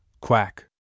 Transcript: Quack